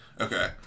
Okay